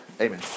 Amen